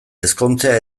ezkontzea